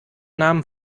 namen